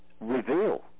reveal